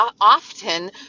often